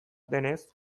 denez